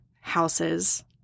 houses